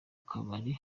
kabari